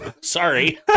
Sorry